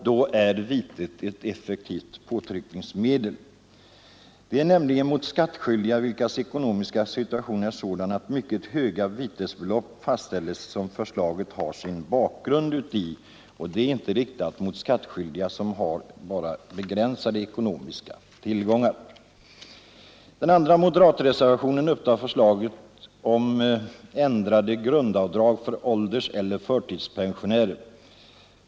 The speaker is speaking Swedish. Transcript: Då är vitet ett effektivt påtryckningsmedel. Det är nämligen mot bakgrund av skattskyldiga vilkas ekonomiska situation är sådan att mycket höga vitesbelopp fastställs som förslaget tillkommit. Det är inte riktat mot skattskyldiga som bara har begränsade ekonomiska tillgångar. Den andra moderatreservationen upptar förslag om ändrade grundavdrag för ålderseller förtidspensionärer.